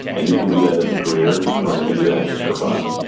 and you can do that as a career, or you can do that just for fun,